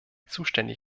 zuständig